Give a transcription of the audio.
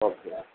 okay